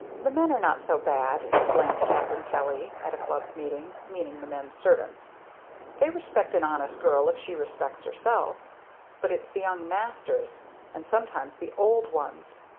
the men are not so bad, explained catharine kelly, at a club meeting, meaning the men servants they respect an honest girl if she respects herself but it's the young masters and sometimes the old ones!